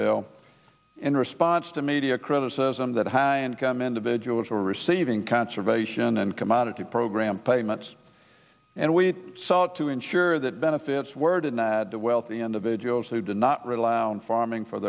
bill in response to media criticism that high income individuals were receiving conservation and commodity program payments and we sought to ensure that benefits word and the wealthy individuals who did not rely on farming for